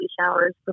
showers